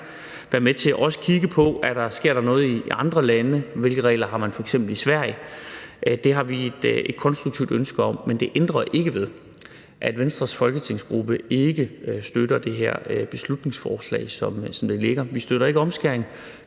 være med til også at kigge på. Sker der noget i andre lande? Hvilke regler har man f.eks. i Sverige? Det har vi et konstruktivt ønske om at kigge på. Men det ændrer ikke ved, at Venstres folketingsgruppe ikke støtter det her beslutningsforslag, som det foreligger. Vi støtter ikke omskæring,